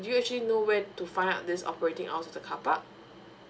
do you actually know where to find out this operating hours to the carpark